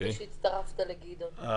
חשבתי שהצטרפת לגדעון.